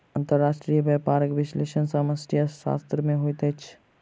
अंतर्राष्ट्रीय व्यापारक विश्लेषण समष्टि अर्थशास्त्र में होइत अछि